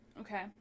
Okay